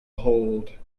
hold